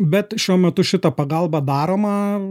bet šiuo metu šita pagalba daroma